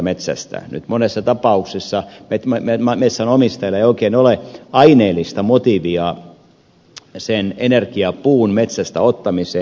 nyt monessa tapauksessa metsänomistajalla ei oikein ole aineellista motiivia sen energiapuun metsästä ottamiseen